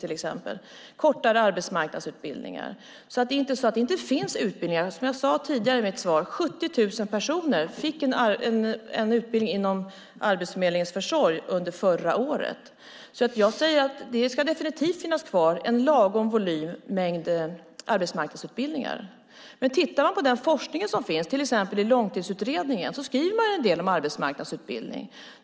Det är fråga om kortare arbetsmarknadsutbildningar. Det är inte fråga om att det inte finns utbildningar. Som jag sade tidigare i mitt svar fick 70 000 personer en utbildning genom Arbetsförmedlingens försorg under förra året. Det ska definitivt finnas kvar en lagom mängd arbetsmarknadsutbildningar. Men om vi tittar på den forskning som finns, till exempel i Långtidsutredningen, framkommer en del om arbetsmarknadsutbildning.